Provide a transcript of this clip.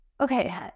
Okay